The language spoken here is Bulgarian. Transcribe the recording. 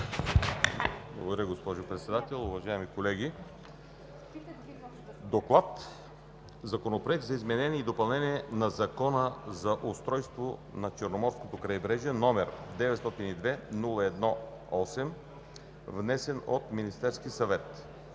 Благодаря Ви, госпожо Председател. Уважаеми колеги! „ДОКЛАД по Законопроект за изменение и допълнение на Закона за устройството на Черноморското крайбрежие, № 902-01-8, внесен от Министерския съвет